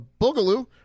boogaloo